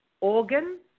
organ